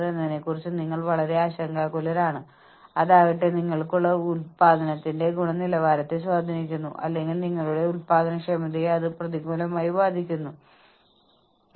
ശമ്പളത്തെക്കുറിച്ചുള്ള മുഴുവൻ ആശയവും ഒരു വ്യക്തിയുടെ പ്രതീക്ഷിക്കുന്ന ഔട്ട്പുട്ടിന്റെ അല്ലെങ്കിൽ യഥാർത്ഥ ഉൽപാദനത്തിന്റെ ശരാശരിയെ കേന്ദ്രീകരിക്കുന്നു അങ്ങനെയല്ല